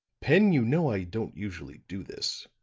pen, you know i don't usually do this,